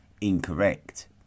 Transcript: incorrect